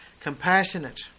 compassionate